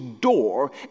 door